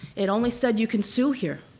it only said you can sue here,